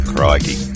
Crikey